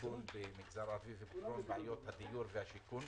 השיכון במגזר הערבי ולפתרון בעיות הדיור והשיכון.